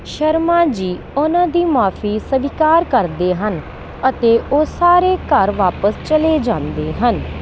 ਸ਼ਰਮਾ ਜੀ ਉਹਨਾਂ ਦੀ ਮੁਆਫ਼ੀ ਸਵੀਕਾਰ ਕਰਦੇ ਹਨ ਅਤੇ ਉਹ ਸਾਰੇ ਘਰ ਵਾਪਸ ਚਲੇ ਜਾਂਦੇ ਹਨ